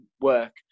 work